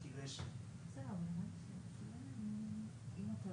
אני שואל אם,